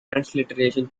transliteration